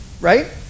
right